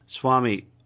Swami